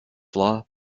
law